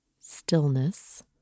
stillness